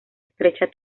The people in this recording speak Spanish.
estrecha